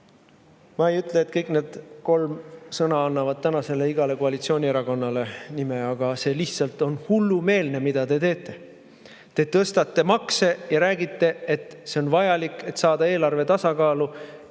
Ma ei ütle, et kõik need kolm sõna annavad igale tänasele koalitsioonierakonnale nime, aga see on lihtsalt hullumeelne, mida te teete. Te tõstate makse ja räägite, et see on vajalik selleks, et saada eelarve tasakaalu.